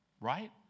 Right